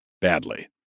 badly